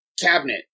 cabinet